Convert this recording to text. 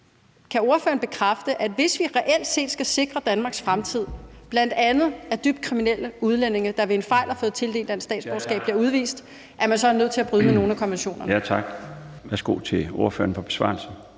Kan ordføreren bekræfte, at hvis vi reelt set skal sikre Danmarks fremtid, bl.a. ved atdybt kriminelle udlændinge, der ved en fejl har fået tildelt dansk statsborgerskab, bliver udvist, så er man nødt til at bryde med nogle af konventionerne?